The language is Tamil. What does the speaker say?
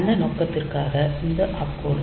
அந்த நோக்கத்திற்காக இந்த ஆப்கோட்